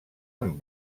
amb